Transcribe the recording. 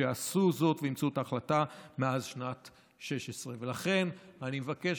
שעשו זאת באמצעות החלטה מאז שנת 2016. לכן אני מבקש